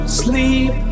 sleep